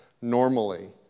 normally